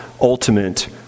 ultimate